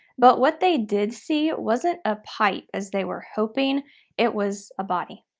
but what they did see wasn't a pipe, as they were hoping it was a body.